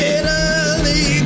Italy